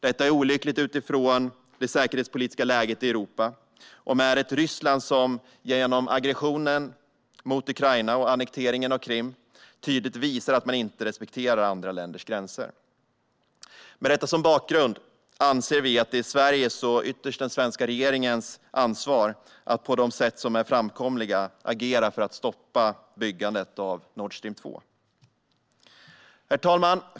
Detta är olyckligt utifrån det säkerhetspolitiska läget i Europa och med ett Ryssland som genom aggressionen mot Ukraina och annekteringen av Krim tydligt visar att man inte respekterar andra länders gränser. Med detta som bakgrund anser vi att det är Sveriges och ytterst den svenska regeringens ansvar att på de sätt som är framkomliga agera för att stoppa byggandet av Nord Stream 2. Herr talman!